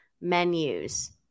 menus